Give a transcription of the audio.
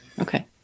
Okay